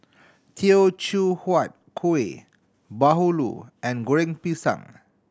Teochew Huat Kuih bahulu and Goreng Pisang